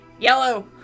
yellow